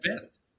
best